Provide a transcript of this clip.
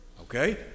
Okay